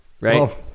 right